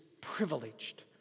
privileged